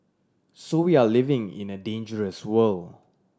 so we are living in a dangerous world